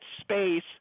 space